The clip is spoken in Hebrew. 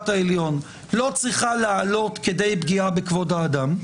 העליון לא צריכה להעלות כדי פגיעה בכבוד האדם,